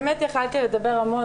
יכולתי לדבר המון,